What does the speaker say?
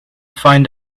find